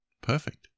perfect